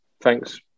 Thanks